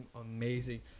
amazing